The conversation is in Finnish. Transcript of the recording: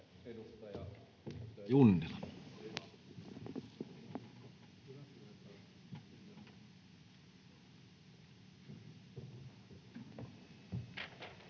Kiitos.